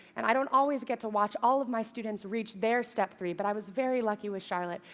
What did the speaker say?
and i don't always get to watch all of my students reach their step three, but i was very lucky with charlotte,